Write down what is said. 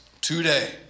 today